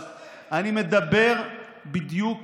אבל אני מדבר בדיוק